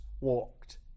walked